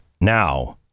now